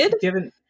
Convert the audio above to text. given